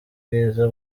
bwiza